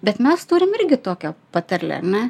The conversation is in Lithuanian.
bet mes turim irgi tokią patarlę ar ne